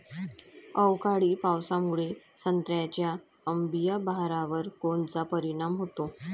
अवकाळी पावसामुळे संत्र्याच्या अंबीया बहारावर कोनचा परिणाम होतो?